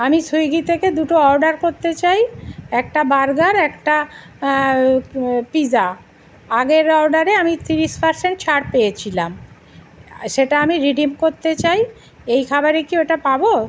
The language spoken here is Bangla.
আমি সুইগি থেকে দুটো অর্ডার করতে চাই একটা বার্গার একটা পিজা আগের অর্ডারে আমি ত্রিশ পারসেন্ট ছাড় পেয়েছিলাম সেটা আমি রিডিম করতে চাই এই খাবারে কি ওটা পাব